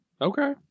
Okay